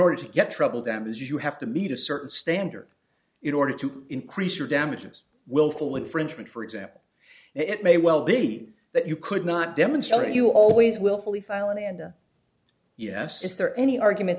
order to get trouble damages you have to meet a certain standard in order to increase your damages willful infringement for example it may well be that you could not demonstrate you always willfully filing and yes if there are any argument